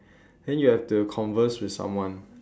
then you have to converse with someone